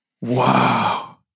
Wow